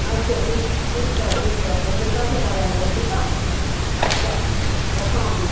अच्छा ठीकु ठीकु आहे ठीकु आहे पोइ मिलंदासीं ॻाल्हाईंदासीं ठीकु आहे अच्छा रखाव थी